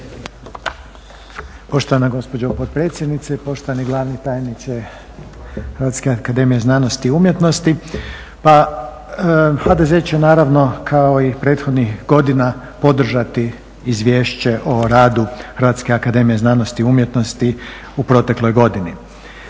Hrvatske akademije znanosti i umjetnosti